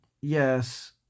yes